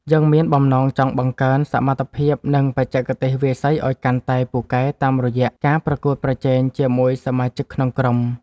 យើងមានបំណងចង់បង្កើនសមត្ថភាព និងបច្ចេកទេសវាយសីឱ្យកាន់តែពូកែតាមរយៈការប្រកួតប្រជែងជាមួយសមាជិកក្នុងក្រុម។